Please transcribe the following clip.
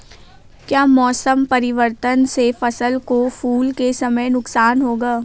क्या मौसम परिवर्तन से फसल को फूल के समय नुकसान होगा?